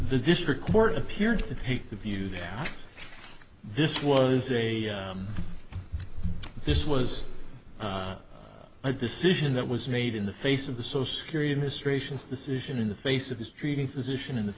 the district court appeared to take the view that this was a this was a decision that was made in the face of the so security administration's decision in the face of his treating physician in the